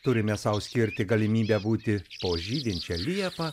turime sau skirti galimybę būti po žydinčia liepa